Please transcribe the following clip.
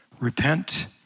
Repent